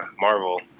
Marvel